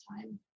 time